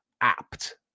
apt